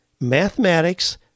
mathematics